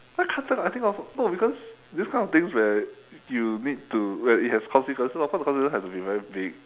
I can't think of I think of no because this kind of things where you need to where it has consequence of course the consequence have to be very big